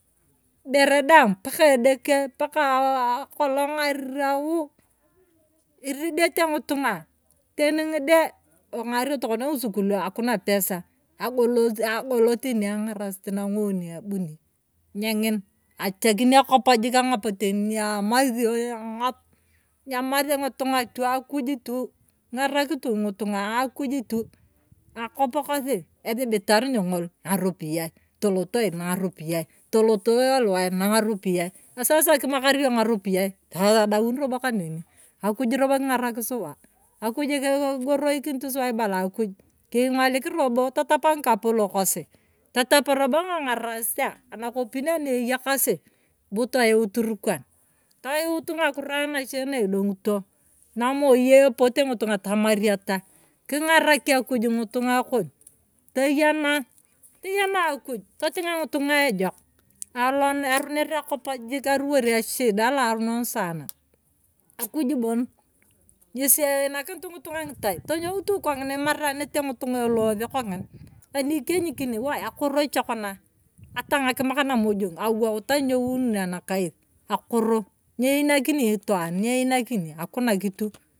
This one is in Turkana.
Ibere daang paka edeke. paka aa akolana arirau iridete ng'utung'a teni ng'ide eng'ario tokona ng'usukurio akuna pesa ago agoloiteni ang'arasit nang'oon abuni, nyeng'ine achakin akop jik ang'op teni ni aa amasio aa ng'op nyamasi ng'utung'a tu akuj tu king'arak tu ng'utung'a akuj tu akop kosi eribitari ny'ong'ol ng'aropiyae. tolet ai ng'aropiyae, toloto aluwai ng'aropiyae nasasa king'amakar yona ng'aropiyae ta adaan robio kaneni akuj robo kingarak suwa. akuj kuu kugorokinit suwa kibala akuj king'olik robo ng'ikapolok kosi. tatap robo ng'ang'arasutia anakopin anaeyakasi teiu turkan. teust ng'akisio nache na idong'ito namei epote ng'itunga tomariata. king'arak akuj ngutung'a kon toyana. toyana akuj toting'ia ng'itonga ejok alo aroner akop jik aruwor eshida la aronon sana. akuj bon ng'esi einakinit ng'itung'a ng'itai tonyou tu kong'ina emarenet ng'itunga elose kong'ine aniikenyekini wai akoro cha kona ata ng'akimak namojong awout anyounin anakaith akoro nyeinakini itaan, nyeinakini akuna kitu.